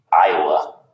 Iowa